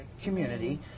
community